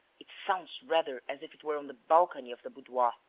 it sounds rather as if it were on the balcony of the boudoir,